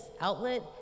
outlet